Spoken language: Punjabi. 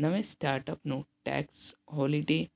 ਨਵੇਂ ਸਟਾਰਟਅਪ ਨੂੰ ਟੈਕਸ ਹੋਲੀਡੇ